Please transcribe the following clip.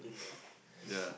yeah